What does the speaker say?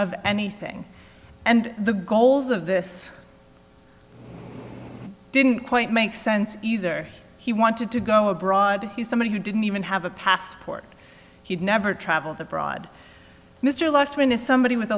of anything and the goals of this didn't quite make sense either he wanted to go abroad he's somebody who didn't even have a passport he'd never traveled abroad mr lupton is somebody with